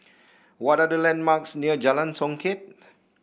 what are the landmarks near Jalan Songket